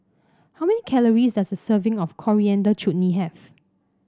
how many calories does a serving of Coriander Chutney have